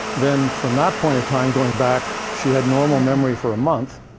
then, from that point in time, going back, she had normal memory for a month,